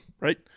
right